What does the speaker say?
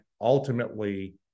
ultimately